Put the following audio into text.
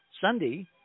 Sunday